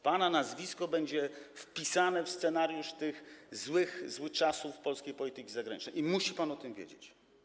Pana nazwisko będzie wpisane w scenariusz tych złych czasów polskiej polityki zagranicznej i musi pan o tym wiedzieć.